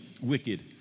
wicked